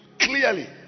clearly